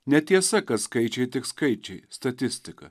netiesa kad skaičiai tik skaičiai statistika